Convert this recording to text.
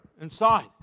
inside